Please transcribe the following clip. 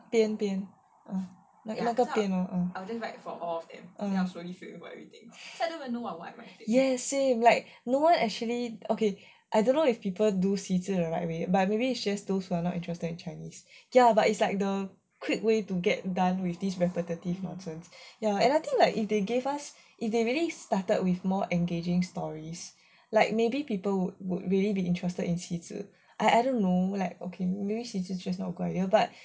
边边那个边 ah ya same I don't know if people do 习字 the right way but maybe it's just those who are not interested in chinese ya but is like the quick way to get done with this repitive nonsense ya I think like if they gave us if they maybe started with more engaging stories like maybe people would really be interested in 习字 I don't know maybe 习字 is just not a good idea but